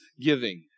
giving